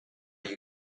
you